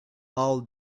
all